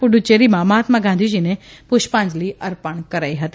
પુડૃચેરીમાં મહાત્મા ગાંધીજીને પુષાજલી અર્પણ કરાઇ હતી